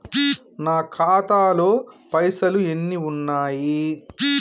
నా ఖాతాలో పైసలు ఎన్ని ఉన్నాయి?